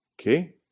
okay